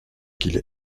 qu’il